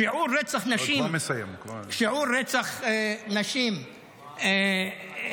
שיעור הפיענוח של רצח נשים יהודיות